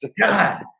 God